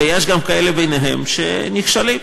ויש ביניהם גם כאלה שנכשלים,